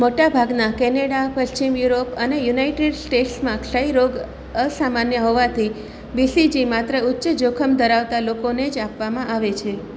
મોટાભાગના કેનેડા પશ્ચિમ યુરોપ અને યુનાઇટેડ સ્ટેટ્સમાં ક્ષય રોગ અસામાન્ય હોવાથી બીસીજી માત્ર ઉચ્ચ જોખમ ધરાવતા લોકોને જ આપવામાં આવે છે